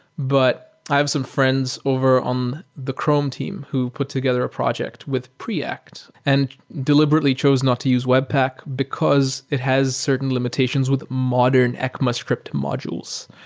but i have some friends over on the chrome team who put together a project with preact and deliberately chose not to use webpack because it has certain limitations with modern ecmascript modules,